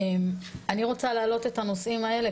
ואני רוצה להעלות את הנושאים האלה,